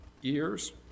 years